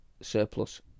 surplus